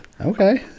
okay